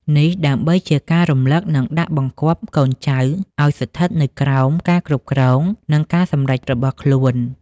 នេះដើម្បីជាការរំលឹក និងដាក់បង្គាប់កូនចៅឱ្យស្ថិតនៅក្រោមការគ្រប់គ្រង និងការសម្រេចរបស់ខ្លួន។